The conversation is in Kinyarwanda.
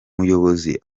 muyobozi